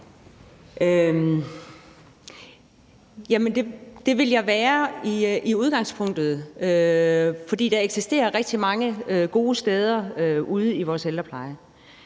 Det ville jeg i udgangspunktet være, for der eksisterer rigtig mange gode steder ude i vores ældrepleje.